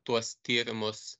tuos tyrimus